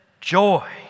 joy